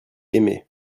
aimé